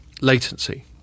latency